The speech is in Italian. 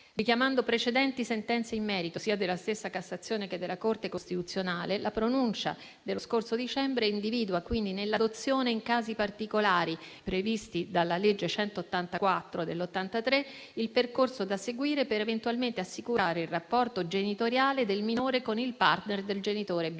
Richiamando precedenti sentenze in merito sia della stessa Cassazione che della Corte costituzionale, la pronuncia dello scorso dicembre individua quindi nell'adozione in casi particolari previsti dalla legge n. 184 del 1983 il percorso da seguire per eventualmente assicurare il rapporto genitoriale del minore con il *partner* del genitore biologico.